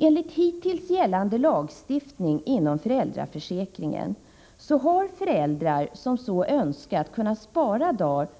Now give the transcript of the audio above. Enligt hittills gällande lagstiftning inom föräldraförsäkringen har föräldrar som så önskat kunnat spara